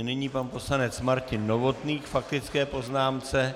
Nyní pan poslanec Martin Novotný k faktické poznámce.